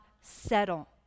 settle